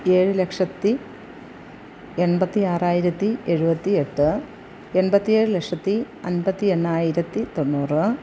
ഏഴ് ലക്ഷത്തി എൺപത്തി ആറായിരത്തി എഴുപത്തി എട്ട് എൺപത്തി ഏഴ് ലക്ഷത്തി അമ്പത്തി എണ്ണായിരത്തി തൊണ്ണൂറ്